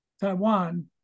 Taiwan